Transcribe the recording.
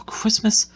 Christmas